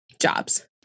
jobs